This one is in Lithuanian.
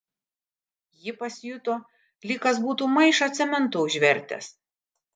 ji pasijuto lyg kas būtų maišą cemento užvertęs